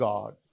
God